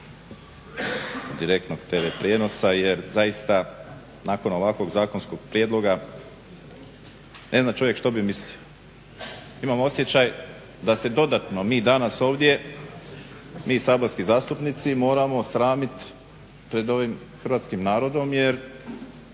direktnog tv prijenosa jer zaista nakon ovakvog zakonskog prijedloga ne zna čovjek što bi mislio. Imam osjećaj da se dodatno mi danas ovdje, mi saborski zastupnici, moramo sramiti pred ovim hrvatskim narodom jer